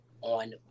on